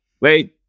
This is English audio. wait